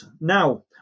Now